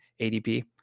ADP